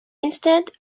instead